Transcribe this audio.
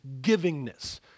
givingness